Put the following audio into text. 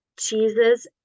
Jesus